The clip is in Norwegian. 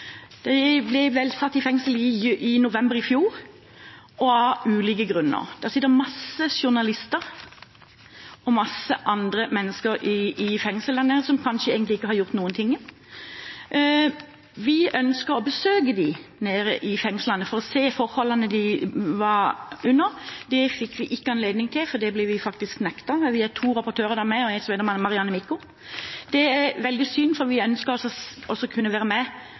de samme elleve i fengsel. De ble satt i fengsel i november i fjor, av ulike grunner. Det sitter mange journalister og mange andre mennesker i fengsel der nede som kanskje ikke egentlig har gjort noen ting. Vi ønsker å besøke dem i fengslene for å se forholdene de lever under. Det var det ikke anledning til, for vi ble faktisk nektet. Vi er to rapportører der nede, en heter Marianne Mikko. Det er veldig synd, for vi ønsker å være med